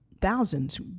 thousands